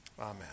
Amen